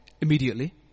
immediately